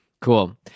Cool